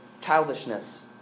childishness